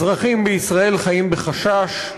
אזרחים בישראל חיים בחשש,